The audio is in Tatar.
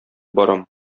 барам